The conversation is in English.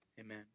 Amen